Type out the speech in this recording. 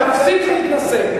תפסיק להתנשא.